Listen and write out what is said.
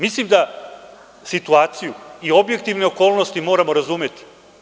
Mislim da situaciju i objektivne okolnosti moramo razumeti.